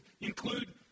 include